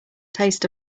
taste